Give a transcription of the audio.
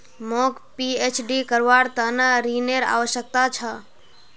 मौक पीएचडी करवार त न ऋनेर आवश्यकता छ